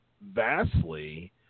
vastly